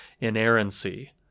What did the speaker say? inerrancy